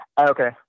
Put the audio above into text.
Okay